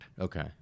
Okay